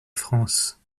france